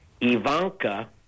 Ivanka